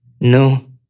No